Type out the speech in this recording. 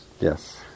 Yes